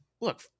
look